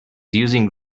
using